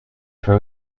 for